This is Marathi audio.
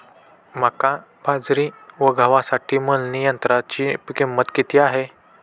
मका, बाजरी व गव्हासाठी मळणी यंत्राची किंमत किती आहे?